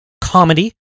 comedy